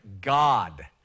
God